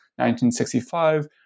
1965